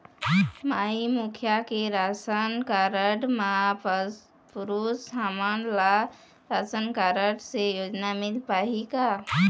माई मुखिया के ration card म पुरुष हमन ला राशन कारड से योजना मिल पाही का?